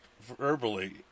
verbally